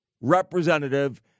representative